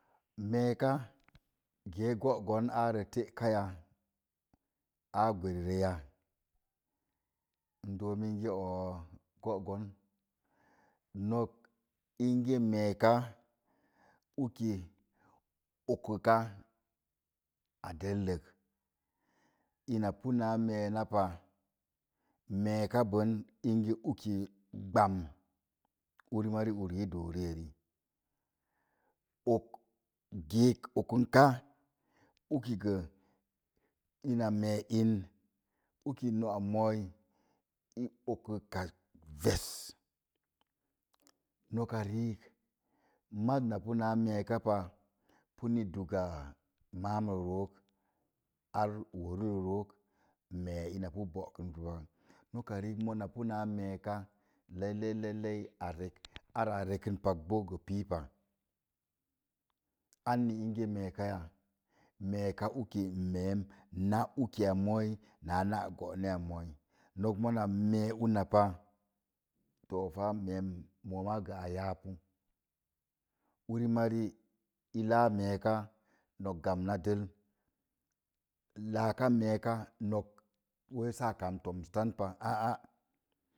Mee ka gó gon gee aa gwari rə teka ya. N dook menge oo gó goon nok ingə meeka uki okuka a dellek ipu naa mee na pa mee ka bon uki gbam ur mari uri i doo ri eri gek okun ka uki ge ina mee n uki nó a mai i okkən ves noka riik maz na pi na mee ka pa uni dúga maam de rook ar óluu rə roo mee ina pi boorum ka rən pa. Noka rik mona pii naá mee ka lelle lellei lellei a rek arekən pak boo gə pii pa. Anni egə mee ka ya mee ka uki meem nā uku a maa naa ná gǒ'na a mooi mona mee ona pa tó pa mo ma a nee a yá pu or nori i láá mee ka nok jamna del laska mee ka wai sa kam toms tan pa aa